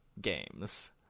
games